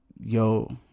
yo